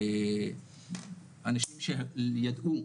אנשים שידעו,